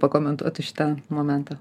pakomentuotų šitą momentą